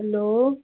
hello